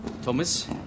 Thomas